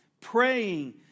Praying